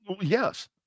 Yes